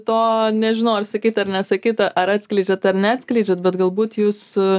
to nežinau ar sakyt ar nesakyt ar atskleidžiat ar neatskleidžiat bet galbūt jūs